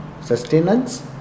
sustenance